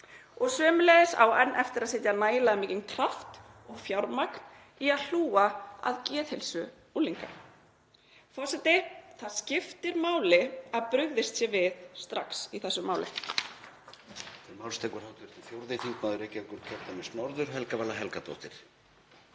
og sömuleiðis á enn eftir að setja nægilega mikinn kraft og fjármagn í að hlúa að geðheilsu unglinga. Forseti. Það skiptir máli að brugðist sé við strax í þessu máli.